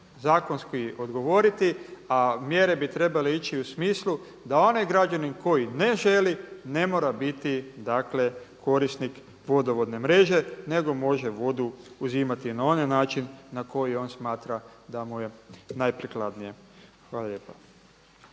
zakonski odgovoriti, a mjere bi trebale ići u smislu da onaj građanin koji ne želi ne mora biti korisnik vodovodne mreže nego može vodu uzimati na onaj način na koji on smatra da mu je najprikladnije. Hvala lijepa.